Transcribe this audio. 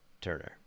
Turner